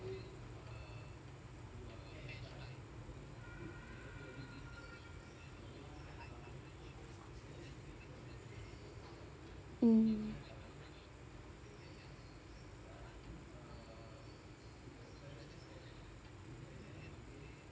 mm